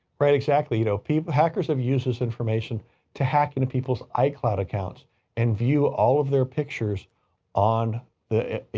right, exactly. you know, people, hackers have used this information to hack into people's icloud accounts and view all of their pictures on the, you